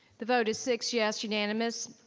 the vote is six yes unanimous,